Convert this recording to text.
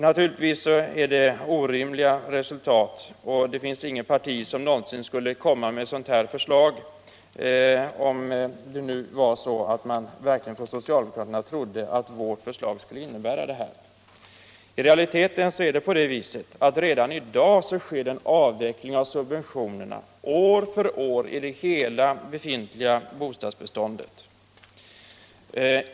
Naturligtvis är det ett orimligt resultat, och det finns inget parti som någonsin skulle komma med sådana förslag —- om det nu är så att man bland socialdemokraterna verkligen tror att vårt förslag skulle innebära så stora hyreshöjningar. I realiteten är det så att det redan i dag sker en avveckling av subventionerna, år efter år i hela det befintliga bostadsbeståndet.